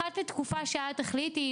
אחת לתקופה שאת תחליטי,